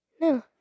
No